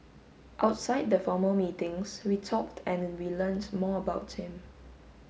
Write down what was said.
outside the formal meetings we talked and we learnt more about him